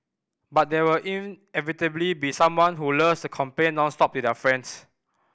but there were inevitably be someone who loves to complain nonstop to their friends